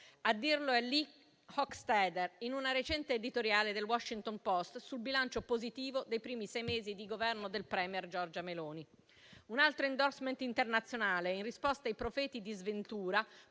a dirlo è Lee Hockstader, in un recente editoriale del «The Washington Post» sul bilancio positivo dei primi sei mesi di Governo del *premier* Giorgia Meloni. Un altro *endorsement* internazionale in risposta ai «profeti di sventura»,